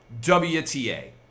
WTA